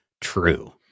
true